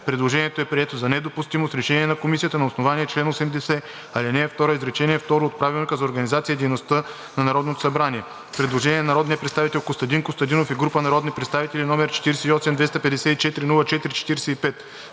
Предложението е прието за недопустимо с решение на Комисията на основание чл. 80. ал. 2, изречение второ от Правилника за организацията и дейността на Народното събрание. Предложение на народния представител Костадин Костадинов и група народни представители, № 48-254-04-45.